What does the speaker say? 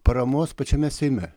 paramos pačiame seime